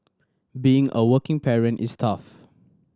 being a working parent is tough